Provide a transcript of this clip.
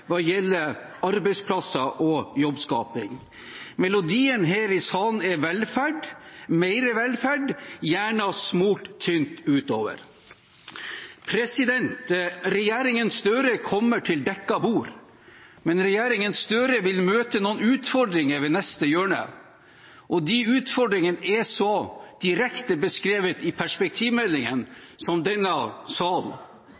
hva gjelder arbeidsplasser og jobbskaping. Melodien her i salen er velferd, mer velferd, gjerne smurt tynt utover. Regjeringen Støre kommer til dekket bord, men regjeringen Støre vil møte noen utfordringer ved neste hjørne, og de utfordringene er direkte beskrevet i